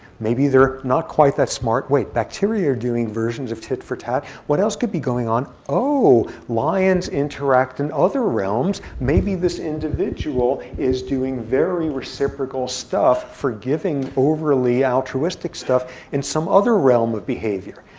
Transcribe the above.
maybe they're not quite that smart. wait, bacteria are doing versions of tit for tat. what else could be going on? oh, lions interact in other realms. maybe this individual is doing very reciprocal stuff, forgiving overly altruistic stuff in some other realm of behavior.